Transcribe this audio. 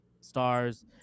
Stars